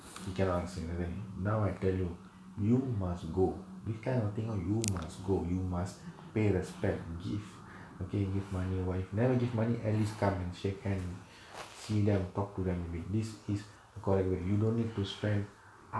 he cannot answer in then now I tell you you must go we can all thing you must go you must pay respect give okay if money wife never give money at least come and shake hand see them talk to them with this is correct way you don't need to spend